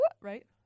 right